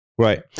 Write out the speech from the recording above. Right